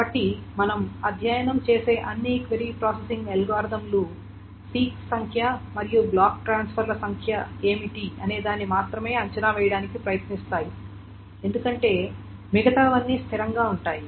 కాబట్టి మనం అధ్యయనం చేసే అన్ని క్వెరీ ప్రాసెసింగ్ అల్గోరిథం లు సీక్స్ సంఖ్య మరియు బ్లాక్ ట్రాన్స్ఫర్ ల సంఖ్య ఏమిటి అనేదాన్ని మాత్రమే అంచనా వేయడానికి ప్రయత్నిస్తాయి ఎందుకంటే మిగతావన్నీ స్థిరంగా ఉంటాయి